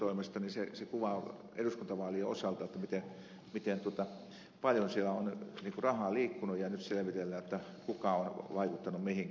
se kuvaa eduskuntavaalien osalta miten paljon siellä on rahaa liikkunut ja nyt selvitellään kuka on vaikuttanut mihinkin